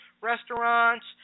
restaurants